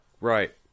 Right